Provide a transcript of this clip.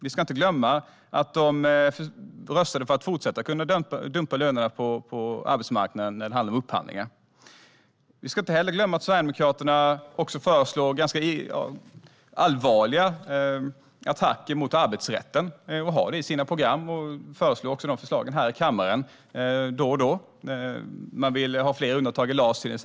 Vi ska inte glömma att de röstade för att man ska kunna fortsätta dumpa lönerna på arbetsmarknaden när det gäller upphandlingar. Vi ska inte heller glömma att Sverigedemokraterna föreslår ganska allvarliga attacker mot arbetsrätten och har med det i sina program. De förslagen presenterar de här i kammaren då och då. De vill till exempel ha fler undantag i LAS.